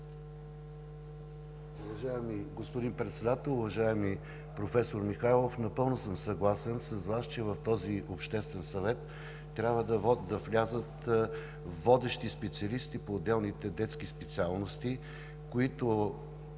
Уважаеми господин Председател! Уважаеми професор Михайлов, напълно съм съгласен с Вас, че в този Обществен съвет трябва да влязат водещи специалисти по отделните детски специалности, които